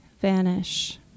vanish